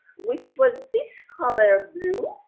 which was this color blue,